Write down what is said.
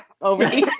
Over